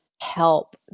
help